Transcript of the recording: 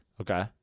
Okay